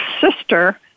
sister